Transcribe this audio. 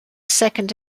second